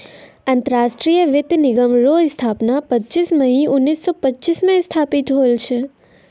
अंतरराष्ट्रीय वित्त निगम रो स्थापना पच्चीस मई उनैस सो पच्चीस मे स्थापित होल छै